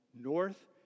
North